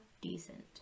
decent